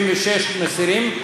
76 מסירים?